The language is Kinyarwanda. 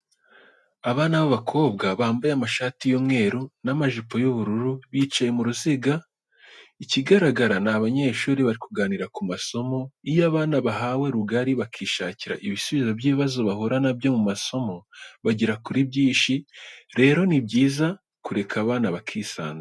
Abana b'abakobwa bambaye amashati y'umweru n'amajipo y'ubururu bicaye mu ruziga, ikigaragara ni abanyeshuri bari kuganira ku masomo. Iyo abana bahawe rugari bakishakira ibisubizo by'ibibazo bahura nabyo mu masomo bagera kuri byinshi, rero ni byiza kureka abana bakisanzura.